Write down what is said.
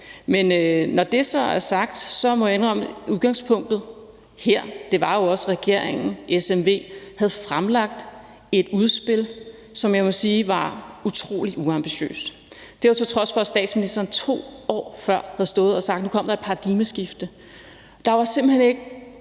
Men når det så er sagt, må jeg indrømme, at udgangspunktet her jo også var, at SMV-regeringen havde fremlagt et udspil, som jeg må sige var utrolig uambitiøst. Det var, til trods for at statsministeren 2 år før havde stået og sagt, at nu kom der et paradigmeskifte. De her positive